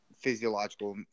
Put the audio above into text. physiological